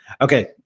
Okay